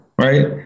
right